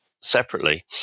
separately